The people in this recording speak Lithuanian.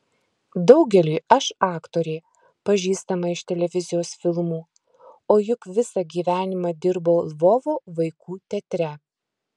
daugeliui aš aktorė pažįstama iš televizijos filmų o juk visą gyvenimą dirbau lvovo vaikų teatre